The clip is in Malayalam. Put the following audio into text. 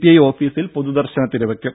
ഐ ഓഫീസിൽ പൊതു ദർശനത്തിന് വയ്ക്കും